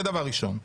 זה דבר ראשון.